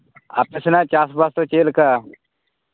ᱯᱮ ᱥᱮᱱᱟᱜ ᱪᱟᱥᱼᱵᱟᱥ ᱫᱚ ᱪᱮᱫ ᱞᱮᱠᱟ